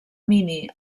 mini